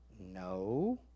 No